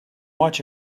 watch